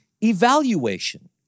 evaluation